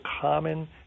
common